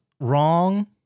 wrong